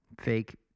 fake